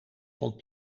vond